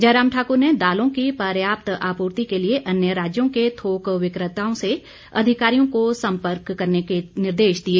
जयराम ठाकुर ने दालों की पर्याप्त आपूर्ति के लिए अन्य राज्यों के थोक विक्रेताओं से अधिकारियों को संपर्क करने के निर्देश दिए